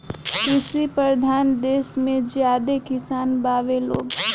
कृषि परधान देस मे ज्यादे किसान बावे लोग